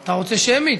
אתה רוצה שמית?